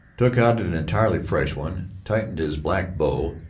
took out an entirely fresh one, tightened his black bow,